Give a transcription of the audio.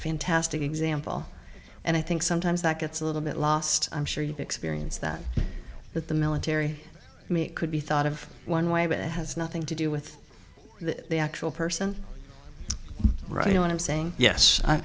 fantastic example and i think sometimes that gets a little bit lost i'm sure you've experienced that but the military i mean could be thought of one way but it has nothing to do with the actual person right what i'm saying yes i